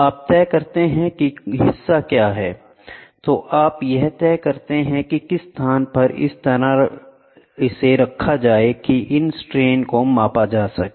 आप तय करते हैं कि हिस्सा क्या है तो आप यह तय करते हैं कि किस स्थान पर इस तरह रखा जाए कि इन स्ट्रेन को मापा जा सके